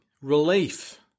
relief